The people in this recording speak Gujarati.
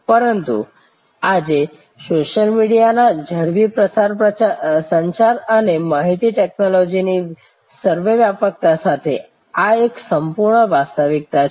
પરંતુ આજે સોશિયલ મીડિયાના ઝડપી પ્રસાર સંચાર અને માહિતી ટેકનોલોજીની સર્વવ્યાપકતા સાથે આ એક સંપૂર્ણ વાસ્તવિકતા છે